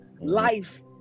Life